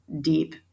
deep